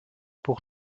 pour